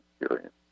experience